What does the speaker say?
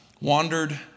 wandered